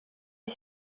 est